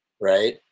Right